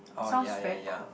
sounds very